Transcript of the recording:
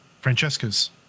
Francesca's